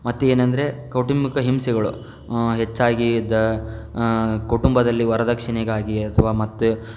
ಮತ್ತು ಏನೆಂದರೆ ಕೌಟುಂಬಿಕ ಹಿಂಸೆಗಳು ಹೆಚ್ಚಾಗಿ ದ ಕುಟುಂಬದಲ್ಲಿ ವರದಕ್ಷಿಣೆಗಾಗಿ ಅಥವಾ ಮತ್ತು